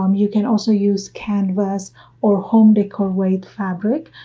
um you can also use canvas or home decor weight fabric,